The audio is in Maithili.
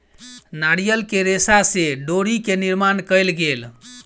नारियल के रेशा से डोरी के निर्माण कयल गेल